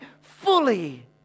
fully